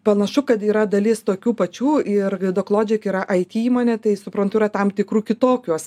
panašu kad yra dalis tokių pačių ir doklodžik yra it įmonė tai suprantu tam tikrų kitokios